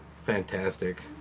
fantastic